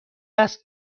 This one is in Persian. است